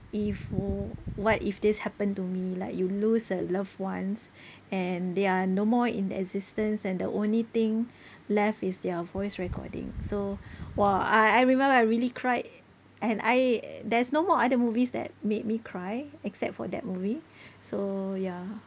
if wh~ what if this happened to me like you lose a loved ones and they are no more in existence and the only thing left is their voice recording so !wah! I I remember I really cried and I there's no more other movies that made me cry except for that movie so ya